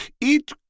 It